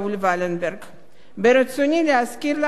ברצוני להזכיר לכם שראול ולנברג,